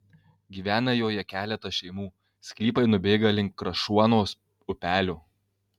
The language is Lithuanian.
gyvena joje keletas šeimų sklypai nubėga link krašuonos upelio